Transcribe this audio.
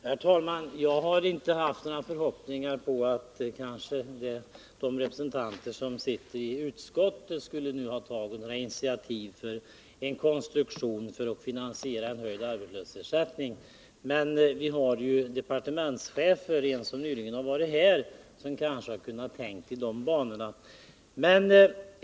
Herr talman! Jag har inte haft några förhoppningar om att de borgerliga representanter som sitter i utskottet skulle ha tagit några initiativ för att åstadkomma en konstruktion för finansiering av höjd arbetslöshetsersättning. Men vi har ju departementschefer — en har nyligen varit här — som kanske hade kunnat tänka i de banorna.